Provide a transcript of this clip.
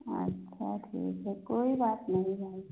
अच्छा ठीक है कोई बात नहीं भाई